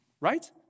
Right